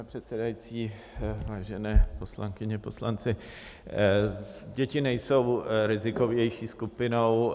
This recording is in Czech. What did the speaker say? Pane předsedající, vážené poslankyně, poslanci, děti nejsou rizikovější skupinou.